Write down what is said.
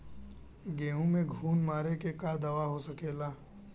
गेहूँ में घुन मारे के का दवा हो सकेला?